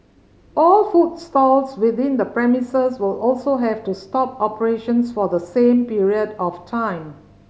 all food stalls within the premises will also have to stop operations for the same period of time